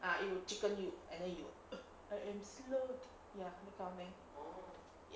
ah it will chicken you and then you ugh I am slow ya that kind of thing